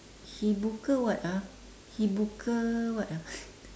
he buka what ah he buka what ah